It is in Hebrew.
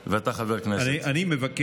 ואתה חבר כנסת, אני מבקש.